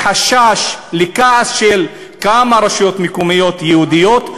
מחשש לכעס של כמה רשויות מקומיות יהודיות,